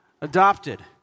adopted